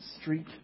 street